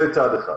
זה צד אחד.